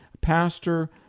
pastor